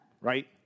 Right